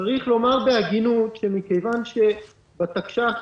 צריך לומר בהגינות שמכיוון שבתקש"ח